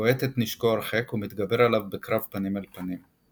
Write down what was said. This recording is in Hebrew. בועט את נשקו הרחק ומתגבר עליו בקרב פנים אל פנים.